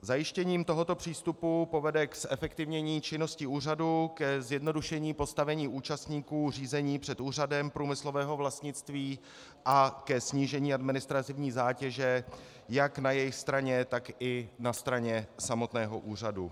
Zajištění tohoto přístupu povede k zefektivnění činnosti úřadu, k zjednodušení postavení účastníků řízení před Úřadem průmyslového vlastnictví a k snížení administrativní zátěže jak na jejich straně, tak na straně samotného úřadu.